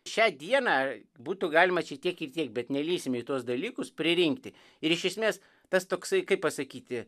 šią dieną būtų galima čia tiek ir tiek bet nelįsime į tuos dalykus pririnkti ir iš esmės tas toksai kaip pasakyti